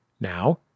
Now